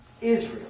Israel